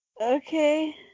Okay